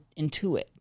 intuit